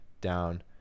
down